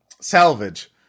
salvage